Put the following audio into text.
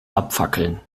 abfackeln